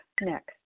next